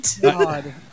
God